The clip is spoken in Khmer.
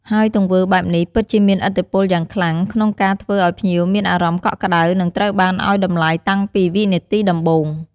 ហើយទង្វើបែបនេះពិតជាមានឥទ្ធិពលយ៉ាងខ្លាំងក្នុងការធ្វើឲ្យភ្ញៀវមានអារម្មណ៍កក់ក្ដៅ និងត្រូវបានឲ្យតម្លៃតាំងពីវិនាទីដំបូង។